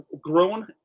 grown